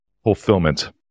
fulfillment